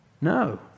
No